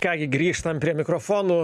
ką gi grįžtam prie mikrofonų